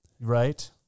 Right